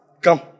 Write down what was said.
Come